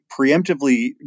preemptively